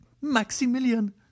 maximilian